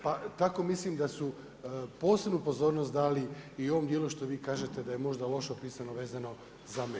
Pa tako mislim da su posebnu pozornost dali i u ovom dijelu što vi kažete da je možda loše opisano vezano za medije.